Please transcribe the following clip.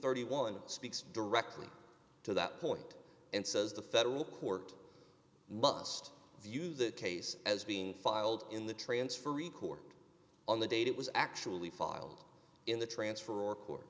thirty one it speaks directly to that point and says the federal court must view the case as being filed in the transferee court on the date it was actually filed in the transfer or court